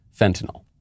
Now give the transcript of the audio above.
fentanyl